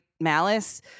malice